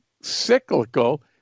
cyclical